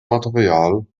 material